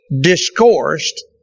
discoursed